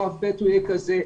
שלב ב' יהיה כזה,